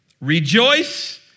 Rejoice